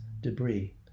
debris